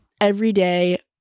everyday